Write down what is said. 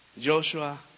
Joshua